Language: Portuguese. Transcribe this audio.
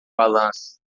balanço